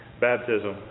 baptism